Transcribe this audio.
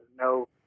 no